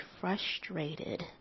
frustrated